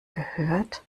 gehört